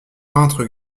peintres